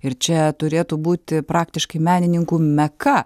ir čia turėtų būti praktiškai menininkų meka